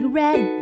red